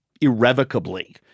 irrevocably